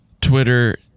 Twitter